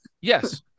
Yes